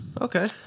Okay